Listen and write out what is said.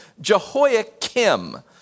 Jehoiakim